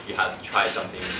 had tried something,